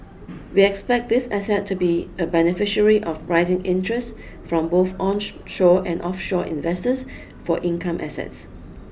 we expect this asset to be a beneficiary of rising interest from both on shore and offshore investors for income assets